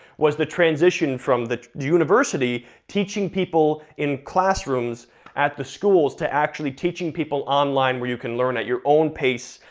was the transition from the university teaching people in classrooms at the schools to actually teaching people online where you can learn at your own pace,